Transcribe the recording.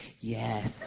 yes